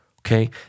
Okay